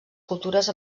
cultures